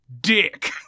Dick